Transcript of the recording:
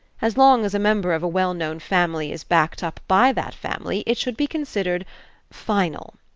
as long as a member of a well-known family is backed up by that family it should be considered final.